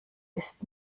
ist